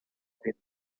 tenda